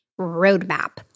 roadmap